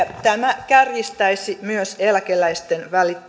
tämä kärjistäisi myös eläkeläisten